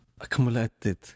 accumulated